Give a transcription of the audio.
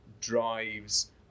drives